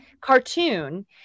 cartoon